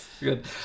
Good